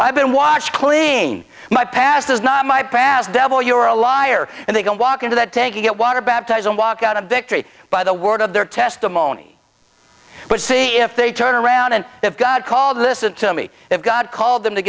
i've been washed clean my past is not my past devil you're a liar and they don't walk into that tank you get water baptized and walk out of victory by the word of their testimony but see if they turn around and if god called listen to me if god called them to